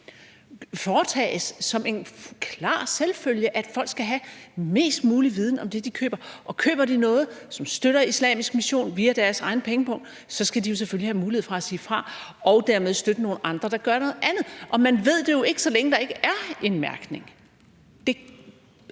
burde være en klar selvfølge, at folk skal have mest mulig viden om det, de køber. Og køber de noget, som støtter islamisk mission via deres pengepung, så skal de jo selvfølgelig have mulighed for at sige fra og dermed støtte nogle andre, der gør noget andet. Men man ved det jo ikke, så længe der ikke er en mærkning.